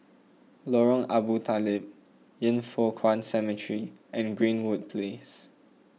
Lorong Abu Talib Yin Foh Kuan Cemetery and Greenwood Place